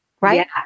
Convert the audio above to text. right